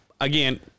again